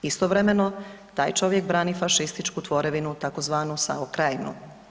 Istovremeno, taj čovjek brani fašističku tvorevinu, tzv. SAO Krajinu.